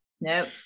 Nope